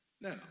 Now